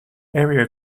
area